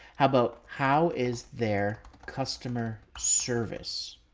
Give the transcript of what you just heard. how about how is their customer service?